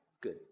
Good